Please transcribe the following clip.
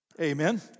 Amen